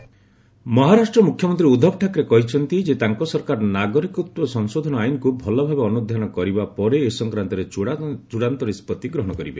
Uddhav citizenship Maharashtra ମୁଖ୍ୟମନ୍ତ୍ରୀ ଉଦ୍ଧବ ଠାକରେ କହିଛନ୍ତି ଯେ ତାଙ୍କ ସରକାର ନାଗରିକତ୍ୱ ସଂଶୋଧନ ଆଇନକୁ ଭଲଭାବେ ଅନୁଧ୍ୟାନ କରିବା ପରେ ଏ ସଂକ୍ରାନ୍ତରେ ଚଡ଼ାନ୍ତ ନିଷ୍କଭି ଗ୍ରହଣ କରିବ